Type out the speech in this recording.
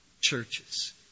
churches